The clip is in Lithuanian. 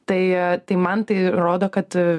tai tai man tai rodo kad